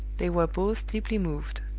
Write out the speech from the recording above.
they were both deeply moved,